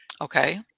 Okay